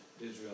Israel